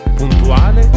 puntuale